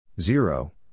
Zero